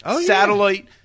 satellite